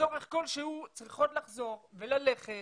ומצורך כלשהו צריכות לחזור וללכת